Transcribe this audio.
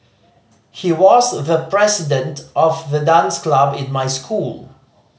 he was the president of the dance club in my school